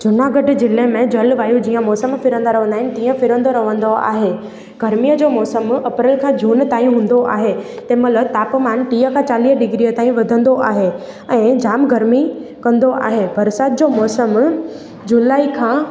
जूनागढ़ ज़िले में जलवायु जीअं मौसम फिरंदा रहंदा आहिनि तीअं फिरंदो रहंदो आहे गर्मीअ जो मौसम अप्रैल खां जून ताईं हूंदो आहे तंहिंमहिल तापमान टीह खां चालीह डिग्री ताईं वधंदो आहे ऐं जाम गर्मी कंदो आहे बरसाति जो मौसम जुलाई खां